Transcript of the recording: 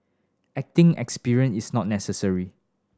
acting experience is not necessary